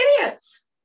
idiots